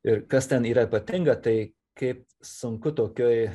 ir kas ten yra ypatinga tai kaip sunku tokioj